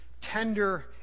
tender